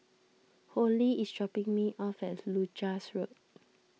Hollie is dropping me off at Leuchars Road